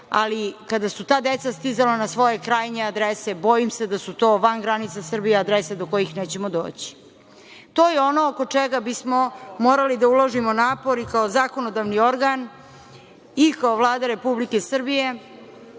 ali kada su ta deca stizala na svoje krajnje adrese, bojim se da su to van granica Srbije adrese do kojih nećemo doći. To je ono oko čega bismo morali da uložimo napor i kao zakonodavni organ i kao Vlada Republike Srbije